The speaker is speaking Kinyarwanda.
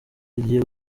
rigiye